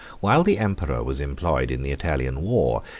while the emperor was employed in the italian war,